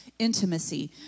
intimacy